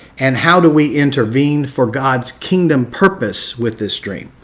and how do we intervene for god's kingdom purpose with this dream?